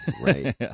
Right